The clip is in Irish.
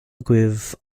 agaibh